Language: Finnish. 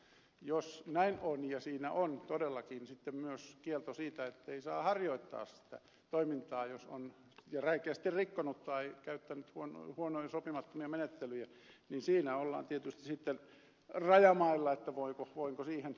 jos näin on ja siinä on todellakin sitten myös kielto siitä ettei saa harjoittaa sitä toimintaa jos on räikeästi rikkonut tai käyttänyt huonoja sopimattomia menettelyjä niin siinä ollaan tietysti sitten rajamailla voinko siihen yhtyä